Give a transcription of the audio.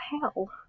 hell